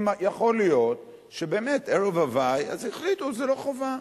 יכול להיות שבאמת החליטו שערב הווי זה לא חובה.